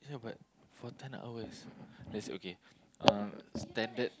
yeah but for ten hours let's okay um standard